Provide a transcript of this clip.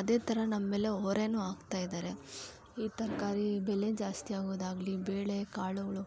ಅದೇ ಥರ ನಮ್ಮ ಮೇಲೆ ಹೊರೆನು ಹಾಕ್ತಾ ಇದ್ದಾರೆ ಈ ತರಕಾರಿ ಬೆಲೆ ಜಾಸ್ತಿ ಆಗೋದಾಗಲಿ ಬೇಳೆ ಕಾಳುಗಳು